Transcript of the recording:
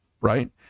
right